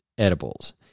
Edibles